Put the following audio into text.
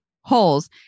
holes